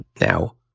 Now